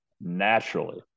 naturally